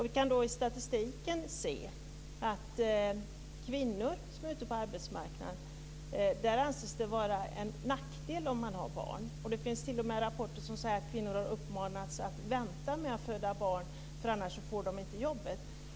Vi kan i statistiken se att för kvinnor som är ute på arbetsmarknaden anses det vara en nackdel att ha barn. Det finns t.o.m. rapporter som säger att kvinnor har uppmanats att vänta med att föda barn för annars får de inte jobbet.